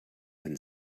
and